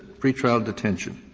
pretrial detention.